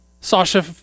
Sasha